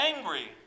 angry